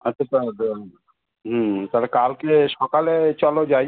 আচ্ছা তা দা হুম তাহলে কালকে সকালে চলো যাই